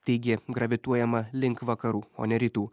taigi gravituojama link vakarų o ne rytų